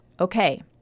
Okay